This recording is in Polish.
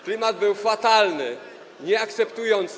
Klimat był fatalny, nieakceptujący.